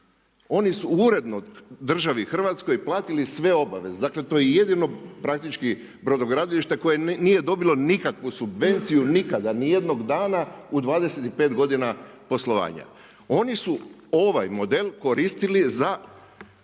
oni su uredno državi Hrvatskoj platili sve obaveze, dakle to je jedino praktički brodogradilište koje nije dobilo nikakvu subvenciju, nikada ni jednog dana, u 25 godina poslovanja. Oni su ovaj model koristili za